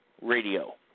radio